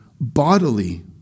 bodily